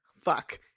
Fuck